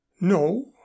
No